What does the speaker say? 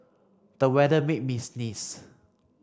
the weather made me sneeze